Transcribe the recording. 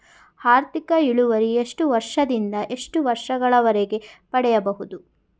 ಆರ್ಥಿಕ ಇಳುವರಿ ಎಷ್ಟು ವರ್ಷ ದಿಂದ ಎಷ್ಟು ವರ್ಷ ಗಳವರೆಗೆ ಪಡೆಯಬಹುದು?